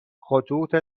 خطوط